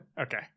Okay